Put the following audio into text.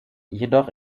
jedoch